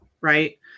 Right